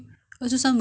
or